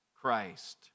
Christ